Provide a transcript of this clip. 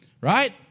right